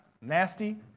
Nasty